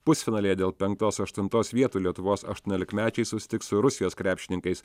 pusfinalyje dėl penktos aštuntos vietų lietuvos aštuoniolikmečiai susitiks su rusijos krepšininkais